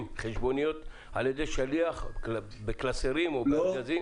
חשבוניות על ידי שליח בקלסרים או בארגזים.